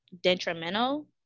detrimental